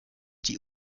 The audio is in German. die